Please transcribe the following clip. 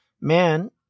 Man